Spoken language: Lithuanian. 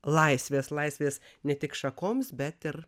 laisvės laisvės ne tik šakoms bet ir